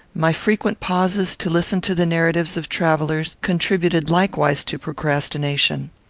my frequent pauses to listen to the narratives of travellers contributed likewise to procrastination.